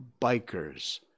bikers